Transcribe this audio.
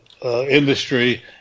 industry